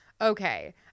okay